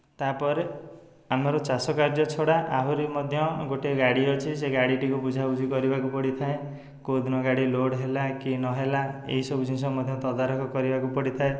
ତା'ପରେ ଆମର ଚାଷକାର୍ଯ୍ୟ ଛଡ଼ା ଆହୁରି ମଧ୍ୟ ଗୋଟିଏ ଗାଡ଼ି ଅଛି ସେ ଗାଡ଼ିଟିକୁ ବୁଝାବୁଝି କରିବାକୁ ପଡ଼ି ଥାଏ କେଉଁ ଦିନ ଗାଡ଼ି ଲୋଡ଼ ହେଲା କି ନହେଲା ଏଇସବୁ ଜିନିଷ ମଧ୍ୟ ତଦାରଖ କରିବାକୁ ପଡ଼ିଥାଏ